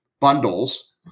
bundles